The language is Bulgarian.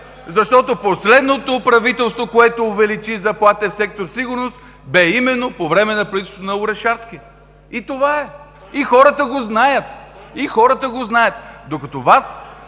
Защото последното правителство, което увеличи заплатите в сектор „Сигурност“, бе именно по време на правителството на Орешарски. И това е! И хората го знаят! (Шум и реплики от ГЕРБ.)